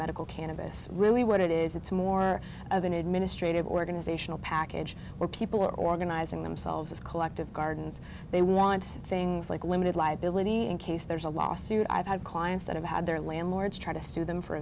medical cannabis really what it is it's more of an administrative organizational package where people are organizing themselves as collective gardens they want things like limited liability in case there's a lawsuit i've had clients that have had their landlords try to sue them for